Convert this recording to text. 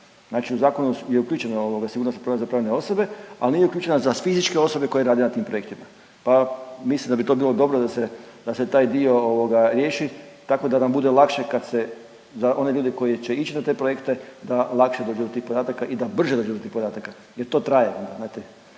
znači u zakonu je uključena ovoga sigurnosna provjera za pravne osobe, al nije uključena za fizičke osobe koje rade na tim projektima, pa mislim da bi to bilo dobro da se, da se taj dio ovoga riješi, tako da nam bude lakše kad se, za one ljude koji će ići na te projekte da lakše dođu do tih podataka i da brže dođu do tih podataka jer to traje znate,